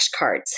flashcards